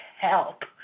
help